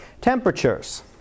Temperatures